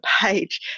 page